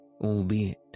albeit